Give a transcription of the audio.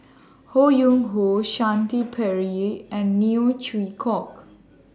Ho Yuen Hoe Shanti Pereira and Neo Chwee Kok